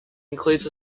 includes